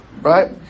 right